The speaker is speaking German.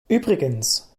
übrigens